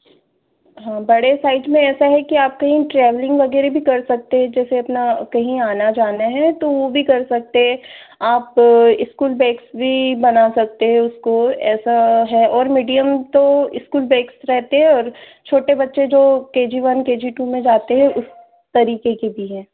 हाँ बड़े साइज में ऐसा है कि आप कहीं ट्रेवलिंग वगैरह भी कर सकते हैं जैसे अपना कहीं आना जाना हैं तो वह भी कर सकते हैं आप स्कूल बैग भी बना सकते हैं उसको ऐसा है और मीडियम तो स्कूल बैग्स रहते और छोटे बच्चे जो K G one K G two में जाते हैं उस तरीके के भी हैं